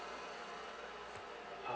um